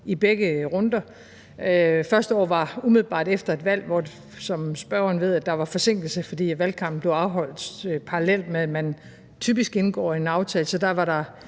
i begge runder. Første år var umiddelbart efter et valg, hvor der, som spørgeren ved, var forsinkelse, fordi valgkampen blev afholdt parallelt med, at man typisk indgår en aftale, så der var der